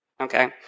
Okay